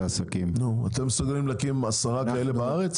נו, אתם מסתדרים עם הקמת 10 מרלו"גים כאלה בארץ